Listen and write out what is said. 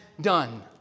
done